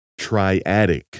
triadic